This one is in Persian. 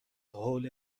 هول